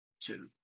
two